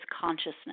consciousness